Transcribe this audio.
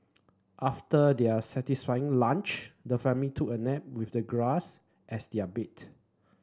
after their satisfying lunch the family took a nap with the grass as their bed